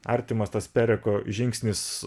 artimas tas pereko žingsnis